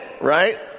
right